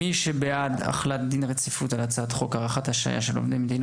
מי בעד החלת דין רציפות על הצעת חוק הארכת ההשעיה של עובד מדינה